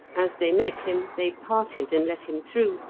as they met him they parted and let him through,